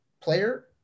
player